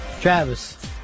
Travis